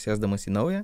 sėsdamas į naują